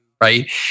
Right